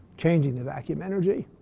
changing the vacuum energy.